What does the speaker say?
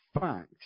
fact